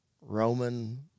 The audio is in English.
Roman